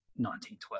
1912